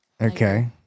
Okay